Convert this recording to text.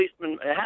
policeman